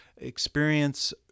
experience